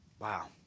Wow